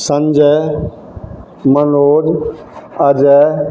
Sanjay Manoj Ajay